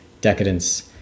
decadence